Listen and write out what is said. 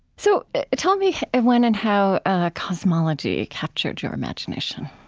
so tell me and when and how cosmology captured your imagination.